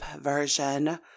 version